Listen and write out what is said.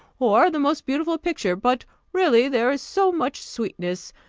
or the most beautiful picture but really there is so much sweetness,